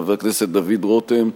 חבר הכנסת דוד רותם,